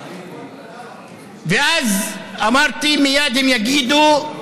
ואז אמרתי, מייד הם יגידו: